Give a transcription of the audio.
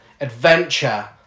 adventure